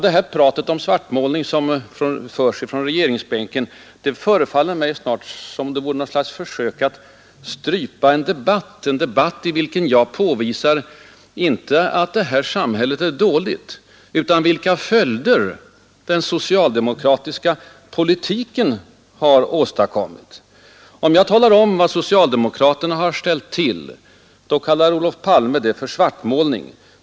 Detta tal om svartmålning, som förs från regeringsbänken, förefaller mig snart vara ett försök att strypa en debatt i vilken jag påvisar inte att vårt samhälle är dåligt utan vilka följder den socialdemokratiska politiken har fått. Om jag talar om vad socialdemokraterna har ställt till med, kallar Olof Palme det för svartmålning.